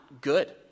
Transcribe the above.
good